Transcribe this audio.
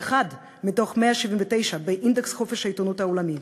מתוך 179 באינדקס חופש העיתונות העולמי.